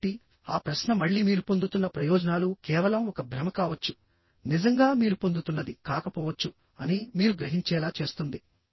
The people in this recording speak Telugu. కాబట్టి ఆ ప్రశ్న మళ్ళీ మీరు పొందుతున్న ప్రయోజనాలు కేవలం ఒక భ్రమ కావచ్చు నిజంగా మీరు పొందుతున్నది కాకపోవచ్చు అని మీరు గ్రహించేలా చేస్తుంది